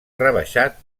rebaixat